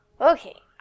Okay